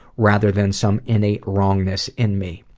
rather than some innate wrongness in me.